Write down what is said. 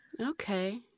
Okay